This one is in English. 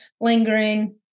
lingering